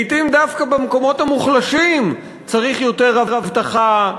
לעתים דווקא במקומות המוחלשים צריך יותר אבטחה,